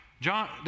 John